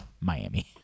Miami